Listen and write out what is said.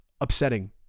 upsetting